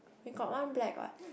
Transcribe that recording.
we got one black what